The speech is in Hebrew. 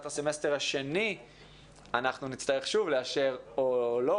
הסמסטר השני אנחנו נצטרך שוב לאשר או לא,